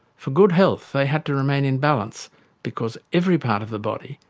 for good health, they had to remain in balance because every part of the body,